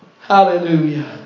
hallelujah